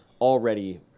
Already